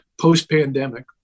post-pandemic